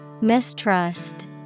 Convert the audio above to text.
Mistrust